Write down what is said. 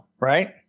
Right